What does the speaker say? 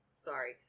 sorry